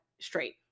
straight